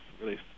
release